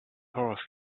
horse